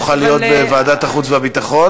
יוכל להיות בוועדת החוץ והביטחון.